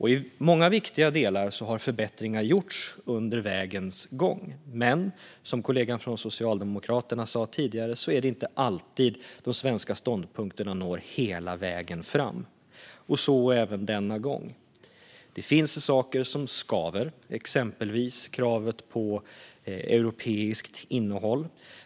I många viktiga delar har förbättringar gjorts på vägen, men som kollegan från Socialdemokraterna sa tidigare är det inte alltid de svenska ståndpunkterna når hela vägen fram. Så har det varit även denna gång. Det finns saker som skaver, exempelvis kravet på europeiskt innehåll.